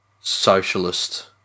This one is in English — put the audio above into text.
socialist